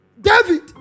David